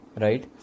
right